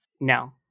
no